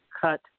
cut